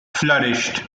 flourished